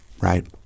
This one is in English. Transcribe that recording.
Right